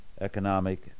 economic